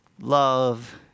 Love